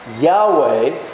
Yahweh